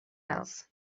else